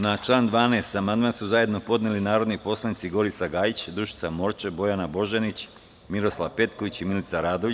Na član 12. amandman su zajedno podneli narodni poslanici Gorica Gajić, Dušica Morčev, Bojana Božanić, Miroslav Petković i Milica Radović.